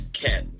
cat